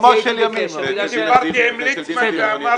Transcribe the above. אני דיברתי עם ליצמן.